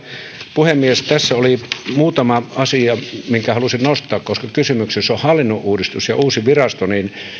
puhemies tässä oli muutama asia minkä halusin nostaa koska kysymyksessä on hallinnon uudistus ja uusi virasto niin